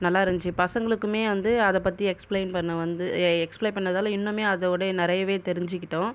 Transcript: நல்லாருந்துச்சு பசங்களுக்குமே வந்து அதை பற்றி எக்ஸ்பிளேன் பண்ண வந்து எக்ஸ்பிளேன் பண்ணதால் இன்னுமே அதை விட நிறையவே தெரிஞ்சுக்கிட்டோம்